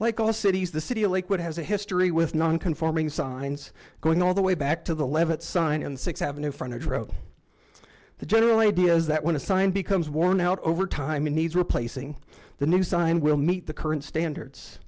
like all cities the city of lakewood has a history with non conforming signs going all the way back to the leavitt sign and six have a new front row the general idea is that when a sign becomes worn out over time it needs replacing the new sign will meet the current standards